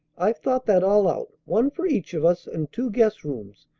i've thought that all out, one for each of us and two guest-rooms,